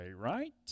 right